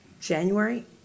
January